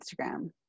Instagram